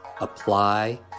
apply